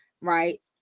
right